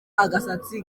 agasatsi